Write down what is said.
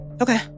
Okay